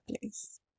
place